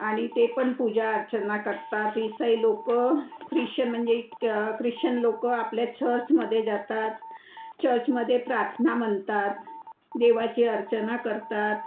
आणि ते पण पूजा अर्चना करतात इसाई लोक ख्रिश्चन म्हणजे क ख्रिश्चन लोक आपल्या चर्चमध्ये जातात चर्चमध्ये प्रार्थना म्हणतात देवाची अर्चना करतात